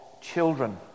children